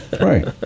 Right